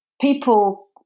people